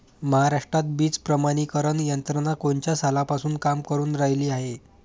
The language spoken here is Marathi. महाराष्ट्रात बीज प्रमानीकरण यंत्रना कोनच्या सालापासून काम करुन रायली हाये?